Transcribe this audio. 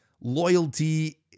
loyalty